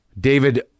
David